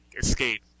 escape